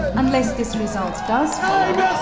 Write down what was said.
unless this result does follow,